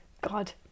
God